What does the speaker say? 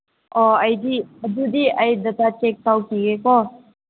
ꯑꯣ ꯑꯩꯗꯤ ꯑꯗꯨꯗꯤ ꯑꯩ ꯗꯇꯥ ꯆꯦꯛ ꯇꯧꯈꯤꯒꯦꯀꯣ